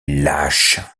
lâches